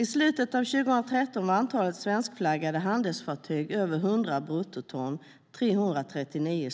I slutet av 2013 var antalet svenskflaggade handelsfartyg över 100 bruttoton 339,